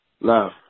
Love